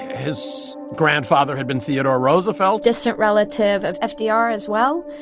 his grandfather had been theodore roosevelt distant relative of fdr as well.